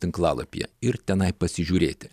tinklalapyje ir tenai pasižiūrėti